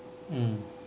mm